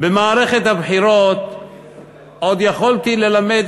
במערכת הבחירות עוד יכולתי ללמד